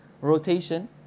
rotation